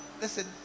listen